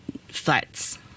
flats